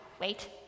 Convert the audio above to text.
wait